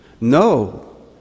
No